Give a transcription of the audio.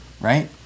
right